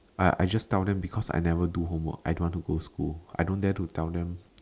I I just tell them because I never do homework I don't want to go school I don't dare to tell them